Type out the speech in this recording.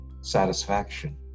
satisfaction